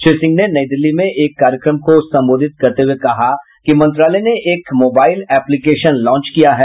श्री सिंह ने नई दिल्ली में एक कार्यक्रम को संबोधित करते हुये कहा कि मंत्रालय ने एक मोबाइल एप्लीकेशन लॉच किया है